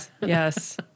yes